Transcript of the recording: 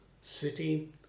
city